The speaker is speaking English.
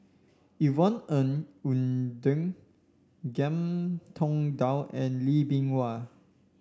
Yvonne Ng Uhde Ngiam Tong Dow and Lee Bee Wah